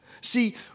See